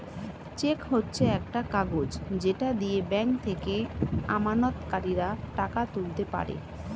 check হচ্ছে একটা কাগজ যেটা দিয়ে ব্যাংক থেকে আমানতকারীরা টাকা তুলতে পারে